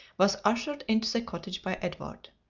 was ushered into the cottage by edward.